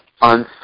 On